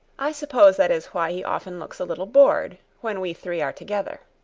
i suppose that is why he often looks a little bored when we three are together.